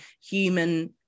human